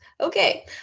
Okay